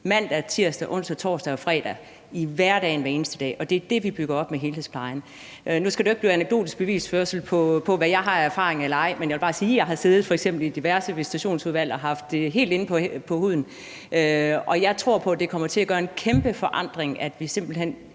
mandag, tirsdag, onsdag, torsdag og fredag, altså i hverdagen, hver eneste dag, og det er det, vi bygger op med helhedsplejen. Nu skal det jo ikke blive en anekdotisk bevisførelse på, hvad jeg har af erfaring eller ej, men jeg vil bare sige, at jeg f.eks. har siddet i diverse visitationsudvalg, og jeg har haft det helt inde under huden, og jeg tror på, at det kommer til være en kæmpe forandring, at vi simpelt hen